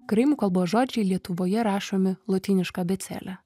karaimų kalbos žodžiai lietuvoje rašomi lotyniška abėcėle